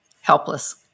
helpless